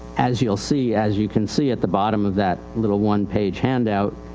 as youill see, as you can see at the bottom of that little one page handout,